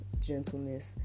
gentleness